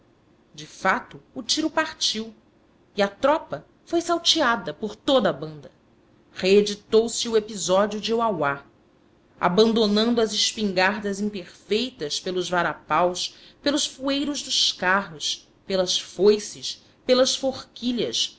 de fato o tiro partiu e a tropa foi salteada por toda a banda reeditou se o episódio de uauá abandonando as espingardas imperfeitas pelos varapaus pelos fueiros dos carros pelas foices pelas forquilhas